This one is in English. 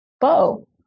Bo